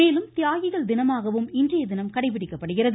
மேலும் தியாகிகள் தினமாகவும் இன்றைய தினம் கடைப்பிடிக்கப்படுகிறது